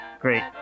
great